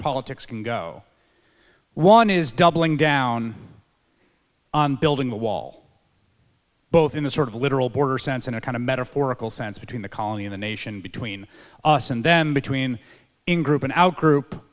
politics can go one is doubling down on building a wall both in the sort of literal border sense in a kind of metaphorical sense between the colony in the nation between us and then between in group an outgroup